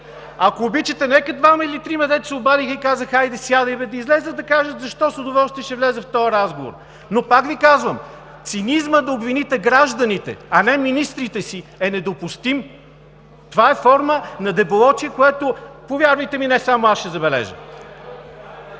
Ако обичате, нека двама или трима, дето се обадиха и казаха: „Хайде, сядай бе!“, да излязат и да кажат защо! С удоволствие ще вляза в този разговор. Но, пак Ви казвам, цинизмът да обвините гражданите, а не министрите си е недопустим. Това е форма на дебелоочие, което, повярвайте ми, не само аз ще забележа.